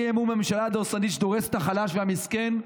אי-אמון בממשלה דורסנית שדורסת את החלש והמסכן,